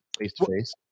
face-to-face